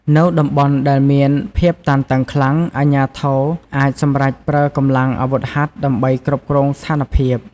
នៅតំបន់ដែលមានភាពតានតឹងខ្លាំង អាជ្ញាធរអាចសម្រេចប្រើកម្លាំងអាវុធហត្ថដើម្បីគ្រប់គ្រងស្ថានភាព។